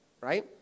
right